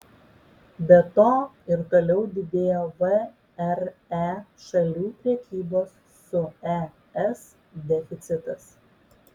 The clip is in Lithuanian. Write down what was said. be to ir toliau didėjo vre šalių prekybos su es deficitas